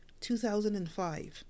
2005